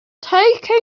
taking